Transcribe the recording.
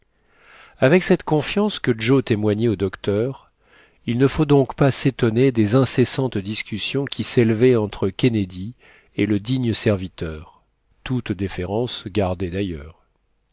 avec cette confiance que joe témoignait au docteur il ne faut donc pas s'étonner des incessantes discussions qui s'élevaient entre kennedy et le digne serviteur toute déférence gardée d'ailleurs